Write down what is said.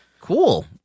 Cool